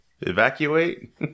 evacuate